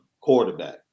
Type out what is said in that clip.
quarterback